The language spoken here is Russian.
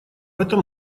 этом